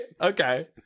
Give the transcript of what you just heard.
Okay